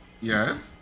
Yes